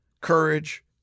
courage